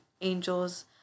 angels